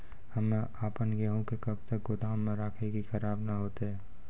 हम्मे आपन गेहूँ के कब तक गोदाम मे राखी कि खराब न हते?